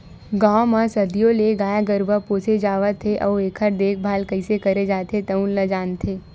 गाँव म सदियों ले गाय गरूवा पोसे जावत हे अउ एखर देखभाल कइसे करे जाथे तउन ल जानथे